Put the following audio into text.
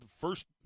First